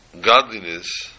godliness